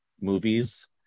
movies